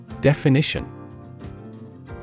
Definition